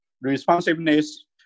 responsiveness